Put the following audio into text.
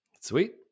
Sweet